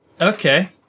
Okay